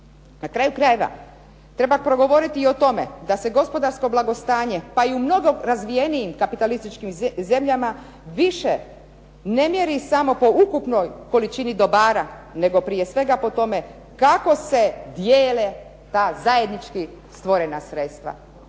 Na kraju krajeva, treba progovoriti i o tome da se gospodarsko blagostanje pa i u mnogo razvijenijim kapitalističkim zemljama više ne mjeri samo po ukupnoj količini dobara nego prije svega po tome kako se dijele ta zajednički stvorena sredstva.